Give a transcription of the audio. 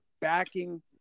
backing –